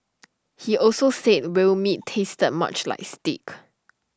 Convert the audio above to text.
he also said whale meat tasted much like steak